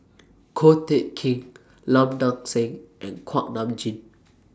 Ko Teck Kin Lim Nang Seng and Kuak Nam Jin